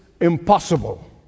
impossible